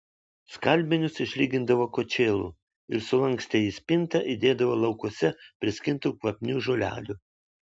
skalbinius išlygindavo kočėlu ir sulankstę į spintą įdėdavo laukuose priskintų kvapnių žolelių